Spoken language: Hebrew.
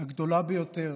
הגדולה ביותר